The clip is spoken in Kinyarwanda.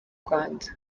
rwanda